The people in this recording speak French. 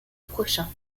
prochain